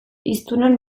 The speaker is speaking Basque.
hiztunon